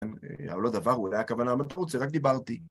זה לא דבר, זה לא היה כוונה מטרות, זה רק דיברתי.